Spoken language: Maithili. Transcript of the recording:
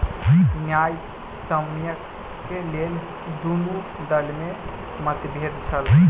न्यायसम्यक लेल दुनू दल में मतभेद छल